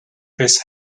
his